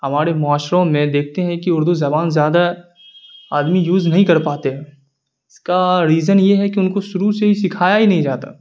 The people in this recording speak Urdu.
ہماڑے معاشروں میں دیکھتے ہیں کہ اردو زبان زیادہ آدمی یوز نہیں کر پاتے ہیں اس کا ریزن یہ ہے کہ ان کو شروع سے ہی سکھایا ہی نہیں جاتا